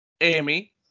Amy